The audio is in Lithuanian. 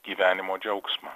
gyvenimo džiaugsmą